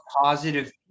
positive